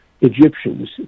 egyptians